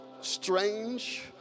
strange